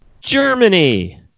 Germany